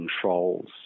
controls